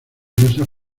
diversas